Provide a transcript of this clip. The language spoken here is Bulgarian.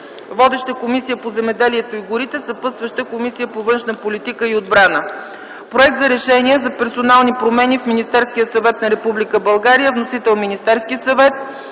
Водеща е Комисията по земеделието и горите. Съпътстваща е Комисията по външна политика и отбрана. Проект за Решение за персонални промени в Министерския съвет на Република България. Вносител е Министерският съвет.